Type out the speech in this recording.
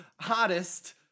hottest